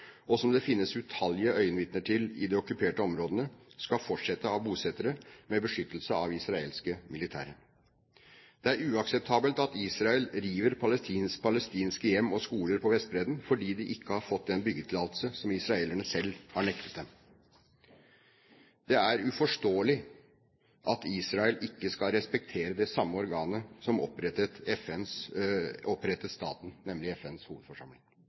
og som det finnes utallige øyenvitner til i de okkuperte områdene, skal fortsette, trakassering fra bosettere med beskyttelse av israelske militære. Det er uakseptabelt at Israel river palestinske hjem og skoler på Vestbredden fordi de ikke har fått den byggetillatelse som israelerne selv har nektet dem. Det er uforståelig at Israel ikke skal respektere det samme organet som opprettet staten, nemlig FNs hovedforsamling.